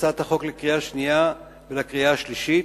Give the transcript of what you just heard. הצעת החוק לקריאה שנייה ולקריאה השלישית.